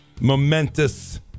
momentous